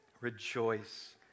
Rejoice